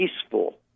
peaceful